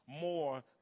more